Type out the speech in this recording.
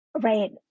right